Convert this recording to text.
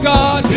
God